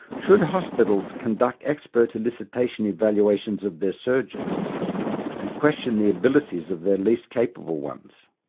should hospitals conduct expert elicitation evaluations of their surgeons and question the abilities of their least capable ones?